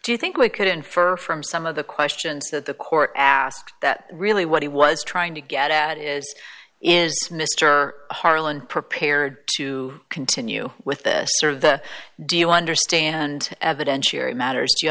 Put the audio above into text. do you think we could infer from some of the questions that the court asked that really what he was trying to get at is is mr harland prepared to continue with this or the do you understand evidentiary matters